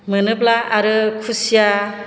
मोनोब्ला आरो खुसिया